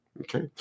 Okay